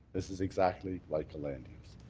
this is exactly like the land use.